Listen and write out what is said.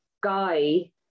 guy